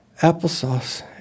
applesauce